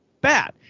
bad